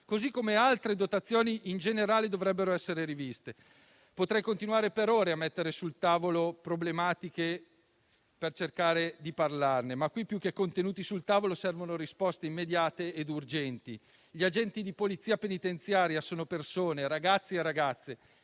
così come, in generale, dovrebbero essere riviste altre dotazioni. Potrei continuare per ore a mettere sul tavolo problematiche per cercare di parlarne, ma in questo caso più che contenuti sul tavolo servono risposte immediate e urgenti. Gli agenti di Polizia penitenziaria sono persone, ragazzi e ragazze